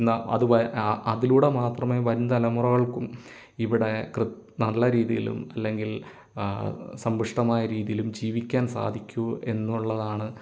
അത് അതിലൂടെ മാത്രമേ വരും തലമുറകൾക്കും ഇവിടെ കൃ നല്ല രീതിയിലും അല്ലെങ്കിൽ സമ്പുഷ്ടമായ രീതിയിലും ജീവിക്കാൻ സാധിക്കൂ എന്നുള്ളതാണ്